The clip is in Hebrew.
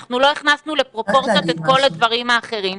אנחנו לא הכנסנו לפרופורציות את כל הדברים האחרים.